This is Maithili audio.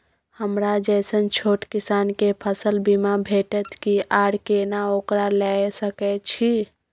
हमरा जैसन छोट किसान के फसल बीमा भेटत कि आर केना ओकरा लैय सकैय छि?